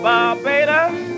Barbados